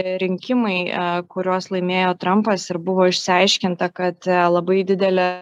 rinkimai kuriuos laimėjo trampas ir buvo išsiaiškinta kad labai didelė